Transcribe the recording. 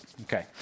Okay